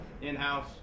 in-house